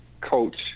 coach